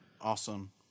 awesome